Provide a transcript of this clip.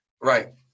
Right